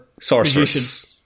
Sorceress